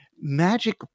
magic